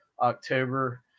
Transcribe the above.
october